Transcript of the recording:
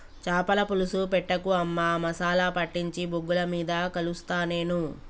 చాపల పులుసు పెట్టకు అమ్మా మసాలా పట్టించి బొగ్గుల మీద కలుస్తా నేను